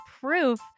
proof